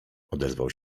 odezwał